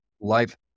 life